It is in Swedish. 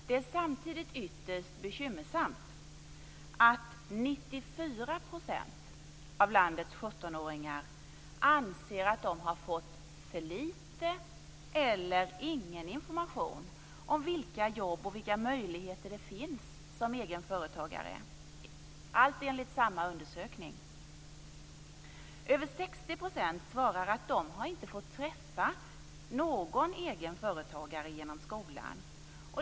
Det är samtidigt ytterst bekymmersamt att 94 % av landets 17-åringar anser att de har fått för lite eller ingen information om vilka jobb och vilka möjligheter det finns som egen företagare, allt enligt samma undersökning. Över 60 % svarar att de inte har fått träffa någon egen företagare genom skolan.